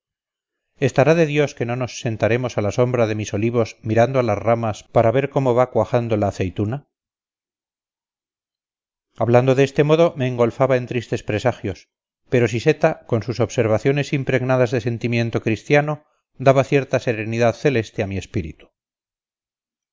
estará de dios que no nos sentaremos a la sombra de mis olivos mirando a las ramas para ver cómo va cuajando la aceituna hablando de este modo me engolfaba en tristes presagios pero siseta con sus observaciones impregnadas de sentimiento cristiano daba cierta serenidad celeste a mi espíritu